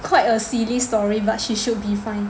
quite a silly story but she should be fine